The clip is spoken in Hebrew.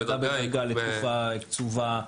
הורדה בדרגה לתקופה קצובה.